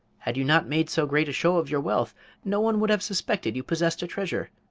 had you not made so great a show of your wealth no one would have suspected you possessed a treasure,